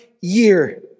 year